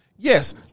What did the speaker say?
Yes